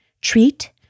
treat